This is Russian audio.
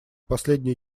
последние